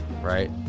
right